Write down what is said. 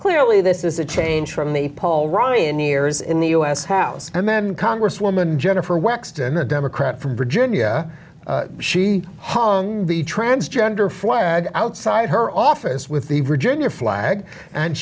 clearly this is a change from the paul ryan years in the u s house and then congresswoman jennifer waxed and the democrat from virginia she ha the transgender flag outside her office with the virginia flag and